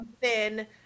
thin